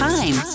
Time